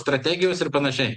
strategijos ir panašiai